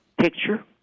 picture